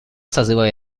созыва